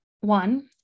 one